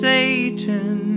Satan